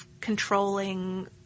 controlling